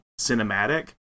cinematic